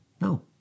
No